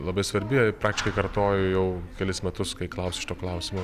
labai svarbi praktiškai kartoju jau kelis metus kai klausia šito klausimo